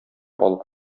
алып